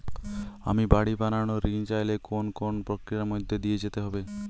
আমি বাড়ি বানানোর ঋণ চাইলে কোন কোন প্রক্রিয়ার মধ্যে দিয়ে যেতে হবে?